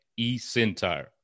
eCentire